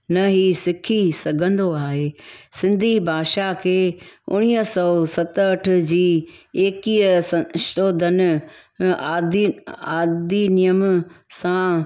न ही सिखी सघंदो आहे सिंधी भाषा खे उणिवीह सौ सतहठि जी एकवीह संशोधन अधि अधिनियम सां